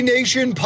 Nation